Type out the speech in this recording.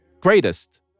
greatest